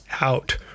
out